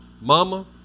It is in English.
Mama